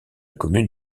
commune